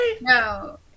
No